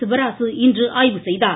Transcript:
சிவராசு இன்று ஆய்வு செய்தார்